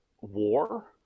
war